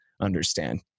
understand